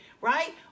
right